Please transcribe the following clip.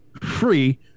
free